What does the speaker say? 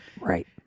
right